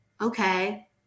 okay